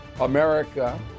America